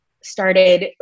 started